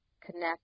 connect